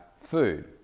food